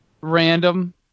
random